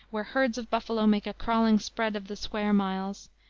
where herds of buffalo make a crawling spread of the square miles.